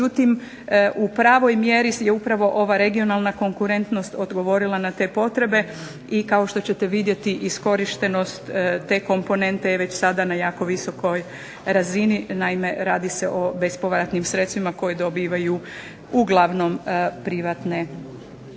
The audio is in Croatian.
međutim u pravoj mjeri je upravo ova regionalna konkurentnost odgovorila na te potrebe i kao što ćete vidjeti iskorištenost te komponente je već sada na jako visokoj razini. Naime, radi se o bespovratnim sredstvima koje dobivaju uglavnom privatne firme.